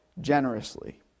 generously